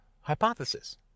hypothesis